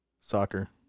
Soccer